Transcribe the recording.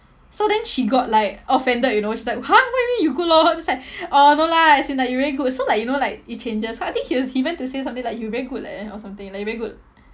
so then she got like offended you know she's like !huh! what you mean you good lor then he's like uh no lah as in like you very good so like you know like it changes cause I think he was he meant to say something like you very good leh or something like you very good